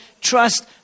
trust